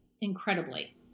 incredibly